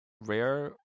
rare